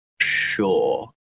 sure